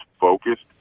focused